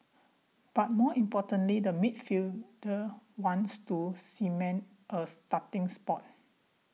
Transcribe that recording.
but more importantly the midfielder wants to cement a starting spot